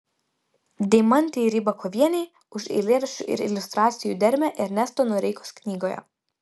deimantei rybakovienei už eilėraščių ir iliustracijų dermę ernesto noreikos knygoje